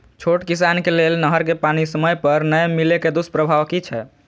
छोट किसान के लेल नहर के पानी समय पर नै मिले के दुष्प्रभाव कि छै?